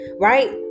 right